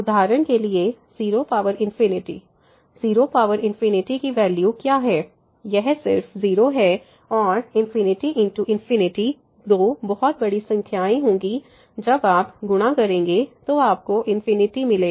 उदाहरण के लिए 0 0 की वैल्यू क्या है यह सिर्फ 0 है और ∞×∞ दो बहुत बड़ी संख्याएं होंगी जब आप गुणा करेंगे तो आपको मिलेगा